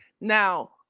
Now